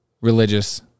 religious